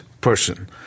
person